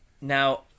Now